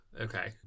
okay